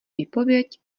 výpověď